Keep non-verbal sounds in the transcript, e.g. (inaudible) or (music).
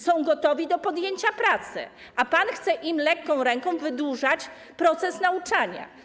Są gotowi do podjęcia pracy, (noise) a pan chce im lekką ręką wydłużyć proces nauczania.